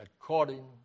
according